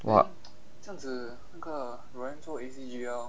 what